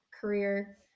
career